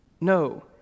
No